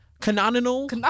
Canonical